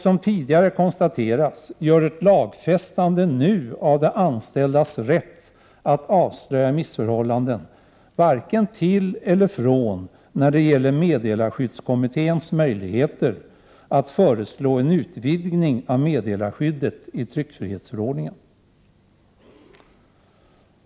Som tidigare konstaterats gör ett lagfästande nu av de anställdas rätt att avslöja missförhållanden varken till eller från när det gäller meddelarskyddskommittén möjligheter att föreslå en utvidgning av meddelarskyddet i tryckfrihetsförordningen.